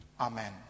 Amen